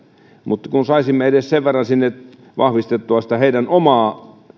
mutta kun saisimme edes sen verran vahvistettua heidän omaa